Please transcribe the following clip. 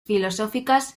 filosóficas